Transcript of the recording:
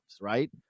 right